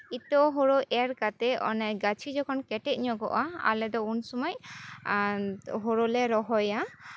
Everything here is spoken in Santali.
ᱤᱛᱟᱹ ᱦᱳᱲᱳ ᱮᱨ ᱠᱟᱛᱮ ᱚᱱᱮ ᱜᱟᱹᱪᱷᱤ ᱡᱚᱠᱷᱚᱱ ᱠᱮᱴᱮᱡ ᱧᱚᱜᱚᱜᱼᱟ ᱟᱞᱮ ᱫᱚ ᱩᱱ ᱥᱚᱢᱚᱭ ᱦᱳᱲᱳᱞᱮ ᱨᱚᱦᱚᱭᱟ